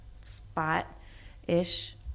spot-ish